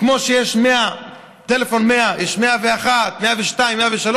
כמו שיש טלפון 100, 101, 102, 103,